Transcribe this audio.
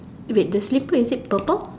wait the slipper is it purple